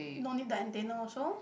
no need the antenna also